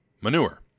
manure